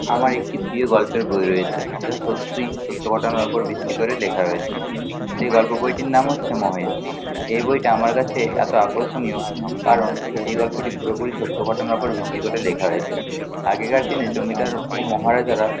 আমার একটি প্রিয় গল্পের বই রয়েছে যা সত্যিই সত্য ঘটনার ওপর ভিত্তি করে লেখা হয়েছে সেই গল্প বইটির নাম হচ্ছে মহেশ এই বইটা আমার কাছে এত আকর্ষণীয় কারণ এই গল্পটি পুরোপুরি সত্য ঘটনার ওপরে ভিত্তি করে লেখা হয়েছে আগেকার দিনে জমিদার ও মহারাজারা